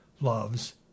loves